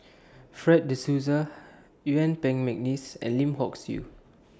Fred De Souza Yuen Peng Mcneice and Lim Hock Siew